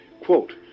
Quote